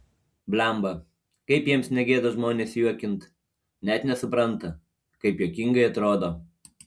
blemba kaip jiems negėda žmones juokint net nesupranta kaip juokingai atrodo